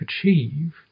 achieve